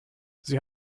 sie